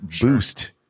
boost